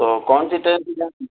تو کون سی ٹرین سے جانا